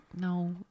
No